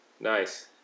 nice